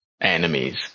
enemies